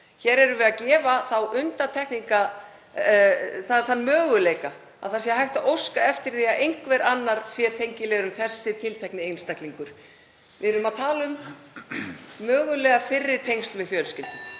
Hér erum við að gefa þann möguleika að hægt sé að óska eftir því að einhver annar sé tengiliður en þessi tiltekni einstaklingur. Við erum að tala um mögulega fyrri tengsl við fjölskyldu,